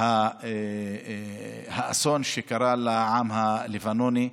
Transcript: האסון שקרה לעם הלבנוני.